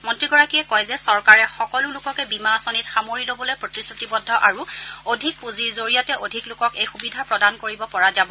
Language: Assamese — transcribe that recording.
মন্ত্ৰীগৰাকীয়ে কয় যে চৰকাৰে সকলো লোককে বীমা আঁচনিত সামৰি ল'বলৈ প্ৰজ্ঞিতিবদ্ধ আৰু অধিক পুঁজিৰ জৰিয়তে অধিক লোকক এই সুবিধা প্ৰদান কৰিব পৰা যাব